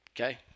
Okay